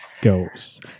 goes